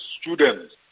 students